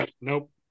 Nope